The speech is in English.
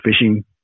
fishing